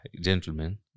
Gentlemen